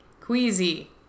queasy